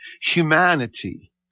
humanity